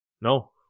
No